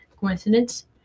Coincidence